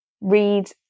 read